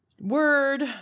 Word